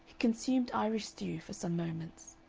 consumed irish stew for some moments.